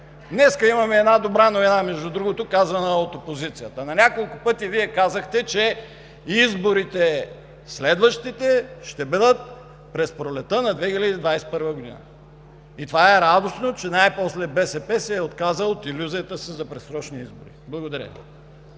Днес имаме една добра новина, казана от опозицията. На няколко пъти Вие казахте, че следващите избори ще бъдат през пролетта на 2021 г. И това е радостно, че най-после БСП се отказа от илюзията си за предсрочни избори. Благодаря